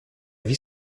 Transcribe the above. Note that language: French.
vie